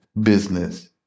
business